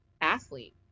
athlete